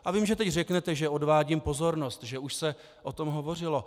A vím, že teď řeknete, že odvádím pozornost, že už se o tom hovořilo.